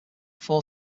four